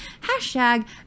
Hashtag